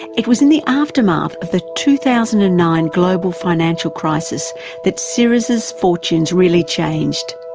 it was in the aftermath of the two thousand and nine global financial crisis that syriza's fortunes really changed.